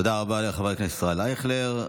תודה רבה לחבר הכנסת ישראל אייכלר.